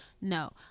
no